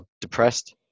depressed